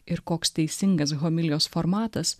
ir koks teisingas homilijos formatas